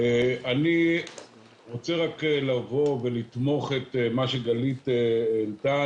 אני רוצה רק לתמוך במה שגלית העלתה.